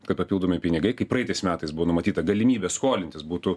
kad papildomi pinigai kaip praeitais metais buvo numatyta galimybė skolintis būtų